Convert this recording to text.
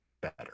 better